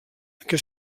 que